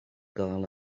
gael